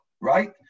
right